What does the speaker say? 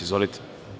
Izvolite.